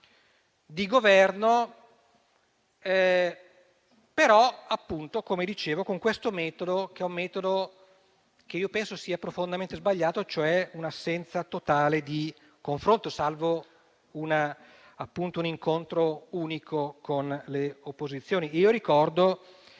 di governo, però, come dicevo, con un metodo che penso sia profondamente sbagliato, cioè un'assenza totale di confronto, salvo un incontro unico con le opposizioni. Ricordo che